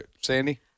Sandy